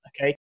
Okay